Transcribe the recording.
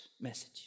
message